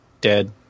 dead